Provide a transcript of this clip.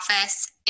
office